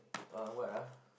uh what ah